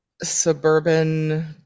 suburban